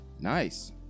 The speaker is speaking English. Nice